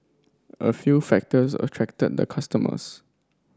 a few factors attracted the customers